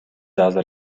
азыр